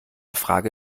frage